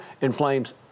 inflames